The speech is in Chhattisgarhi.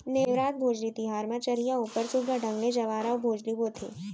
नेवरात, भोजली तिहार म चरिहा ऊपर सुग्घर ढंग ले जंवारा अउ भोजली बोथें